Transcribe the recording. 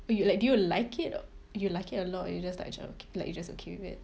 oh like do you like it o~ you like it a lot or you just like j~ like you just okay with it